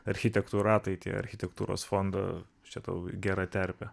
architektų ratai tie architektūros fondo čia tau gera terpė